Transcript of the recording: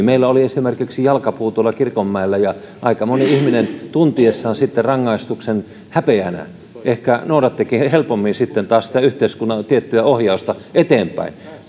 meillä oli esimerkiksi jalkapuu kirkonmäellä ja aika moni ihminen tuntiessaan sitten rangaistuksen häpeänä ehkä noudattikin helpommin yhteiskunnan tiettyä ohjausta eteenpäin